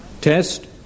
Test